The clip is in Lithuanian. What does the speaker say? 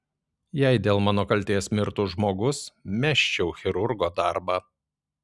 jei dėl mano kaltės mirtų žmogus mesčiau chirurgo darbą